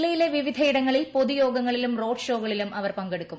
ജില്ലയിലെ വിവിധയിടങ്ങളിൽ പൊതുയോഗങ്ങളിലും റോഡ് ഷോകളിലും അവർ പങ്കെടുക്കും